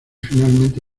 finalmente